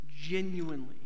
genuinely